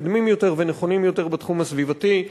מתקדמים יותר ונכונים יותר בתחום הסביבתי.